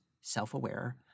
self-aware